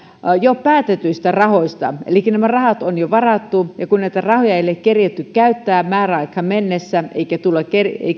jo päätetyistä rahoista elikkä nämä rahat on jo varattu ja kun näitä rahoja ei ole keretty käyttää määräaikaan mennessä eikä tulla